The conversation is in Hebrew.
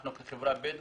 אנחנו כחברה בדואית,